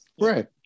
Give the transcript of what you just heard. Right